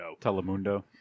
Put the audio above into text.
telemundo